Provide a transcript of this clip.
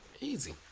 easy